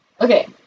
Okay